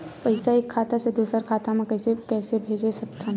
पईसा एक खाता से दुसर खाता मा कइसे कैसे भेज सकथव?